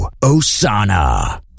Osana